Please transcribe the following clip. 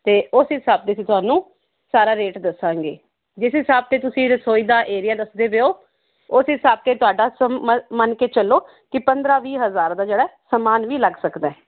ਅਤੇ ਉਸ ਹਿਸਾਬ ਦੇ ਅਸੀਂ ਤੁਹਾਨੂੰ ਸਾਰਾ ਰੇਟ ਦੱਸਾਂਗੇ ਜਿਸ ਹਿਸਾਬ 'ਤੇ ਤੁਸੀਂ ਰਸੋਈ ਦਾ ਏਰੀਆ ਦੱਸਦੇ ਪਏ ਹੋ ਉਸ ਹਿਸਾਬ 'ਤੇ ਤੁਹਾਡਾ ਸਮ ਮਨ ਮੰਨ ਕੇ ਚੱਲੋ ਕਿ ਪੰਦਰਾਂ ਵੀਹ ਹਜ਼ਾਰ ਦਾ ਜਿਹੜਾ ਸਮਾਨ ਵੀ ਲੱਗ ਸਕਦਾ